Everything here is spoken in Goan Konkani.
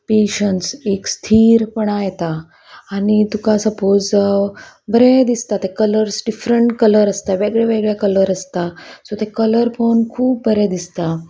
पेशंन्स एक स्थीरपणा येता आनी तुका सपोज बरें दिसता ते कलर्स डिफरंट कलर आसता वेगळे वेगळे कलर आसता सो ते कलर पळोवन खूब बरें दिसता